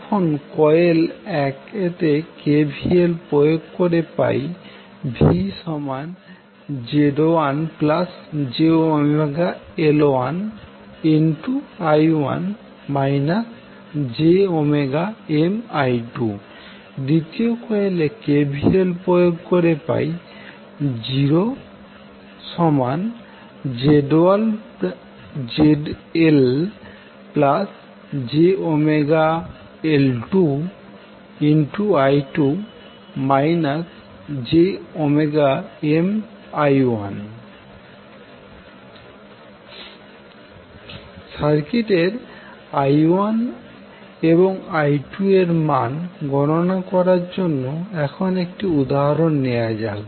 এখন কয়েল 1 তে KVL প্রয়োগ করে পাই VZ1jωL1I1 jωMI2 দ্বিতীয় কয়েলে KVL প্রয়োগ করে পাই 0ZLjωL2I2 jωMI1 সার্কিটের I1 এবং I2 এর মান গণনা করার জন্য এখন একটি উদাহরণ নেওয়া যাক